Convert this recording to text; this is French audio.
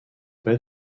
près